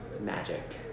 magic